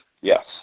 Yes